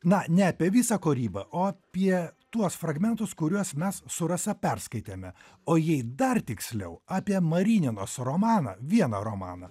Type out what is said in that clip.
na ne apie visą kūrybą o apie tuos fragmentus kuriuos mes su rasa perskaitėme o jei dar tiksliau apie marininos romaną vieną romaną